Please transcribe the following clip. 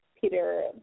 peter